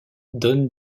donne